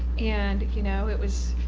and you know it was,